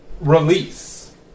release